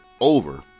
over